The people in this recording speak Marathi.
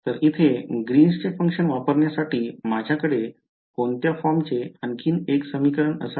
तर इथे ग्रीनचे फंक्शन वापरण्यासाठी माझ्याकडे कोणत्या फॉर्मचे आणखी एक समीकरण असावे